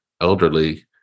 elderly